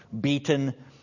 beaten